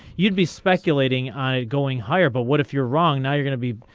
you'd be speculating on a going higher but what if you're wrong now you're gonna be.